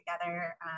together